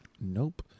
Nope